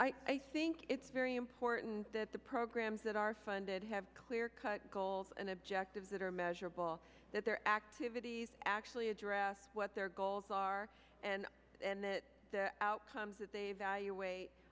i think it's very important that the programs that are funded have clear cut goals and objectives that are measurable that their activities actually address what their goals are and outcomes that they valu